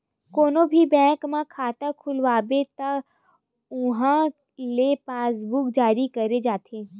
कोनो भी बेंक म खाता खोलवाबे त उहां ले पासबूक जारी करे जाथे